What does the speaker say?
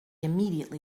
immediately